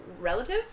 relative